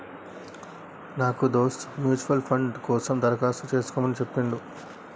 నాకు నా దోస్త్ మ్యూచువల్ ఫండ్ కోసం దరఖాస్తు చేసుకోమని చెప్పిండు